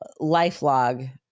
LifeLog